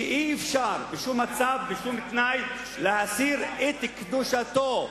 שאי-אפשר בשום מצב ובשום תנאי להסיר את קדושתו.